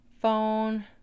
phone